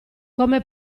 come